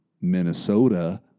Minnesota